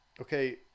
okay